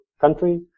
country